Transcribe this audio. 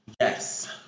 Yes